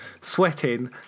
sweating